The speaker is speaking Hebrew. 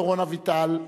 דורון אביטל.